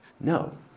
No